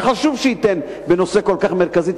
שחשוב שייתן את הגיבוי שלו בנושא כל כך מרכזי,